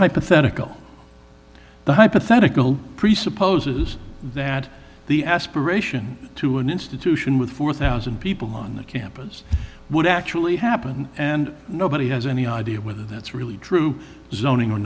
hypothetical hypothetical presupposes that the aspiration to an institution with four thousand people on the campus would actually happen and nobody has any idea whether that's really true zoning or